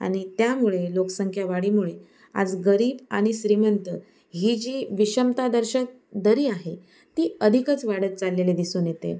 आणि त्यामुळे लोकसंख्या वाढीमुळे आज गरीब आणि श्रीमंत ही जी विषमतादर्शक दरी आहे ती अधिकच वाढत चाललेली दिसून येते